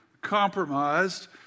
compromised